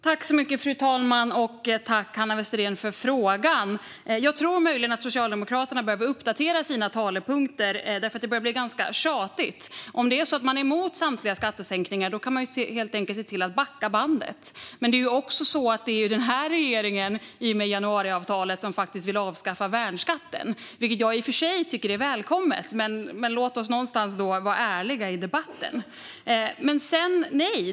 Fru talman! Jag tackar Hanna Westerén för frågan. Jag tror möjligen att Socialdemokraterna behöver uppdatera sina talepunkter - det börjar bli ganska tjatigt. Om det är så att man är emot samtliga skattesänkningar kan man helt enkelt se till att backa bandet. Men det är ju också så att det är denna regering som, i och med januariavtalet, faktiskt vill avskaffa värnskatten. Det tycker jag i och för sig är välkommet, men låt oss någonstans vara ärliga i debatten.